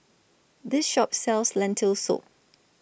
This Shop sells Lentil Soup